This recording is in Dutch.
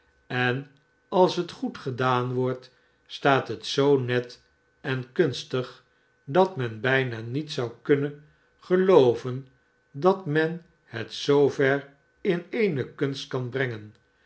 en als het goed gedaan wordt staat het zoo net en kunstig dat men bijna niet zou kunnen gelooven dat men het zoover in eene kunst kan brengen